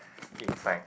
inside